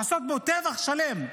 לעשות בו טבח שלם.